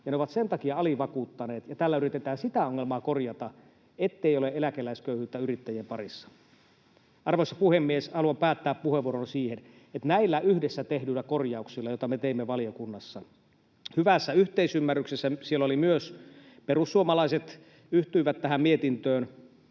ne ovat sen takia alivakuuttaneet. Tällä yritetään sitä ongelmaa korjata, ettei ole eläkeläisköyhyyttä yrittäjien parissa. Arvoisa puhemies! Haluan päättää puheenvuoroni siihen, että näillä yhdessä tehdyillä korjauksilla, joita me teimme valiokunnassa hyvässä yhteisymmärryksessä — siellä myös perussuomalaiset yhtyivät tähän mietintöön